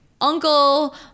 Uncle